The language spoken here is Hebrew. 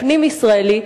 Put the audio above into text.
הפנים-ישראלי,